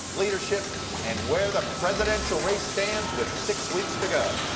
leadership and where the presidential race stands with six weeks to go.